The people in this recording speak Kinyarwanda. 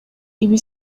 ibi